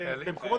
זה גם קיים בארץ.